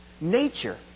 nature